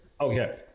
Okay